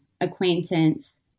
acquaintance